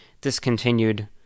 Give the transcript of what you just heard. discontinued